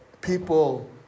people